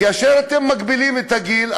כאשר אתם מגבילים את הגיל,